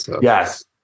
Yes